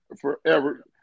forever